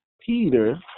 peter